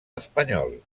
espanyol